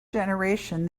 generation